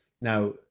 Now